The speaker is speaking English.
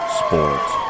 sports